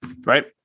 right